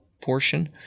portion